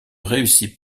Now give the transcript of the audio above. réussit